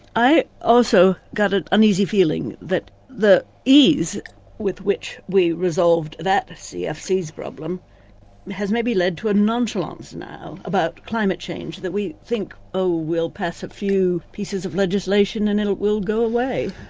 i also got an uneasy feeling that the ease with which we resolved that cfcs problem has maybe led to a nonchalance now about climate change, that we think, oh, we'll pass a few pieces of legislation and it will go away.